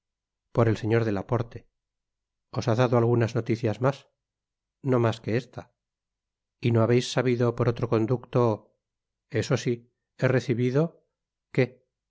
por el señor de laporte os ha dado algunas noticias mas no mas que esta y no habeis sabido por otro conducto eso sí he recibido qué